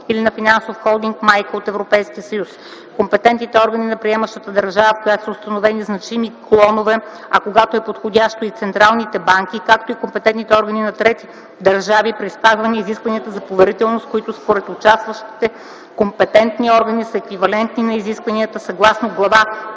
или на финансов холдинг майка от Европейския съюз, компетентните органи на приемащата държава, в която са установени значими клонове, а когато е подходящо - и централните банки, както и компетентните органи на трети държави, при спазване на изисквания за поверителност, които според всички участващи компетентни органи са еквивалентни на изискванията съгласно Глава